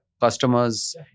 customers